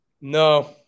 No